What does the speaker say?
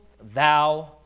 Thou